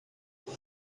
what